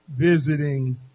visiting